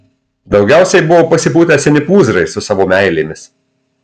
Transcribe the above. daugiausiai buvo pasipūtę seni pūzrai su savo meilėmis